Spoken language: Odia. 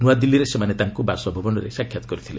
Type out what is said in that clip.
ନୂଆଦିଲ୍ଲୀରେ ସେମାନେ ତାଙ୍କୁ ତାଙ୍କ ବାସଭବନରେ ସାକ୍ଷାତ କରିଥିଲେ